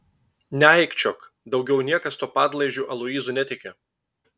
neaikčiok daugiau niekas tuo padlaižiu aloyzu netiki